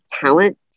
talent